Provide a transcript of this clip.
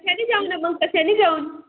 कशानी जाऊन जा मग कशानी जाऊन